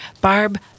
Barb